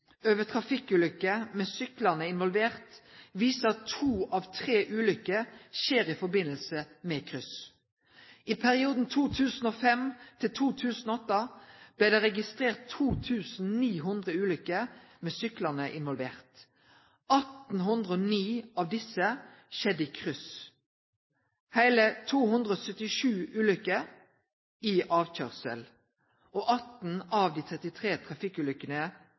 over trafikkulykker med syklande involverte viser at to av tre ulykker skjer i samband med kryss. I perioden 2005–2008 blei det registrert 2 900 ulykker med syklande involverte. 1 809 av desse skjedde i kryss, heile 277 ulykker i avkjørsel, og 18 av dei 33 trafikkulykkene